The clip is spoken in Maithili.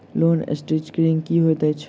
लोन रीस्ट्रक्चरिंग की होइत अछि?